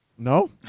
No